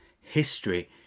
history